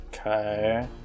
Okay